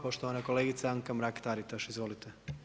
Poštovana kolegica Anka Mrak-Taritaš, izvolite.